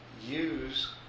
use